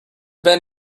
been